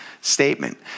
statement